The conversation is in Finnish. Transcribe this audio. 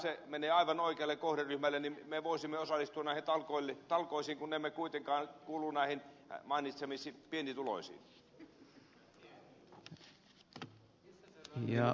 se menee aivan oikealle kohderyhmälle ja me voisimme osallistua näihin talkoisiin kun emme kuitenkaan kuulu näihin mainitsemiinne pienituloisiin